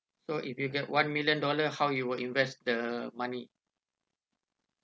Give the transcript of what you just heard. so if you get one million dollar how you will invest the money